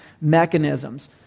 mechanisms